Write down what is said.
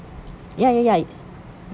ya ya ya